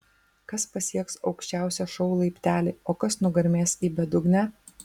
kas pasieks aukščiausią šou laiptelį o kas nugarmės į bedugnę